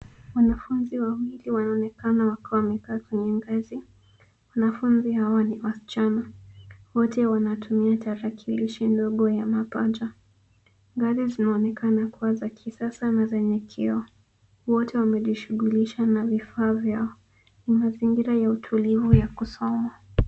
Wanafunzi wawili wanaonekana wakiwa wamekaa kwenye ngazi, wanafunzi hawa ni wasichana. Wote wanatumia tarakilishi ndogo ya mapaja. Ngazi zinaonekana kuwa za kisasa na zenye kioo. Wote wamejishughulisha na vifaa vyao. Ni mazingira ya utulivu ya kusoma.